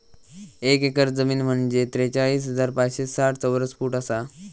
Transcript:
एक एकर जमीन म्हंजे त्रेचाळीस हजार पाचशे साठ चौरस फूट आसा